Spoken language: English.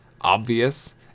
obvious